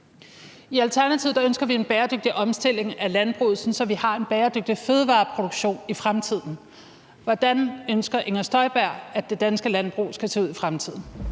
I Alternativet ønsker vi en bæredygtig omstilling af landbruget, sådan at vi har en bæredygtig fødevareproduktion i fremtiden. Hvordan ønsker Inger Støjberg at det danske landbrug skal se ud i fremtiden?